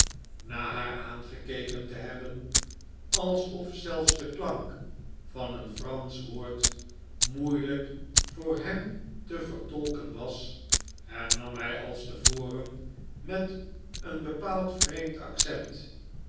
na baar aangekeken te hebben alsof zelfs de klank van een fransch woord moeielijk voor hem te vertolken was hernam hij als te voren met een bepaald vreemd accent